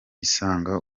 gishanga